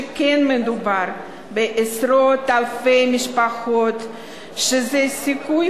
שכן מדובר בעשרות אלפי משפחות שזה הסיכוי